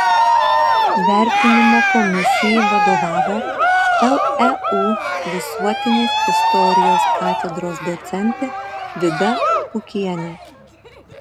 vertinimo komisijai vadovavo leu visuotinės istorijos katedros docentė vida pukienė